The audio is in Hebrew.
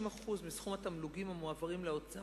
50% מסכום התמלוגים המועברים לאוצר